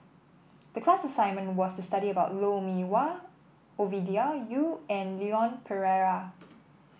the class assignment was studied about Lou Mee Wah Ovidia Yu and Leon Perera